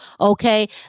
okay